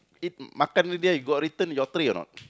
eat makan already you got return your tray or not